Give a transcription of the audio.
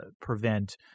prevent